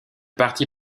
parti